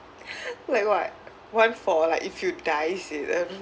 like what one for like if you die in a